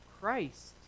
Christ